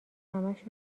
همش